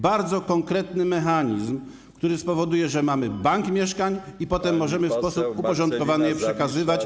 Bardzo konkretny mechanizm, który spowoduje, że mamy bank mieszkań i potem możemy w sposób uporządkowany je przekazywać.